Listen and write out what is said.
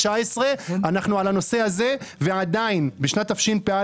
אנחנו דנים על הנושא הזה ועדיין בשנת תשפ"א,